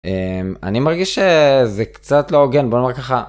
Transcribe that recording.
אני מרגיש שזה קצת לא הוגן, בוא נאמר ככה.